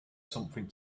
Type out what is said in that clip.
something